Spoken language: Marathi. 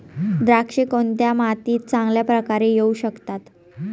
द्राक्षे कोणत्या मातीत चांगल्या प्रकारे येऊ शकतात?